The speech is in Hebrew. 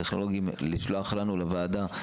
איגוד הטכנולוגים ועוד גופים ישלחו לנו את ההתייחסויות,